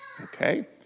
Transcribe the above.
Okay